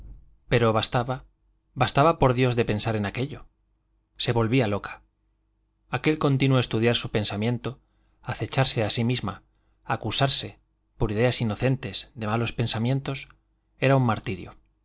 pero bastaba bastaba por dios de pensar en aquello se volvía loca aquel continuo estudiar su pensamiento acecharse a sí misma acusarse por ideas inocentes de malos pensamientos era un martirio